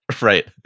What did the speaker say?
right